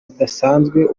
zidasanzwe